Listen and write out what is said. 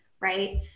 Right